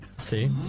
see